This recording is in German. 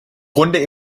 grunde